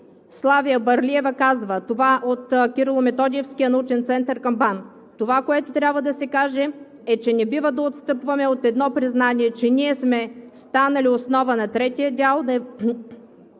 Славия Бърлиева от Кирило-Методиевския научен център към БАН казва: „Това, което трябва да се каже, е, че не бива да отстъпваме от едно признание, че ние сме станали основа на третия дял на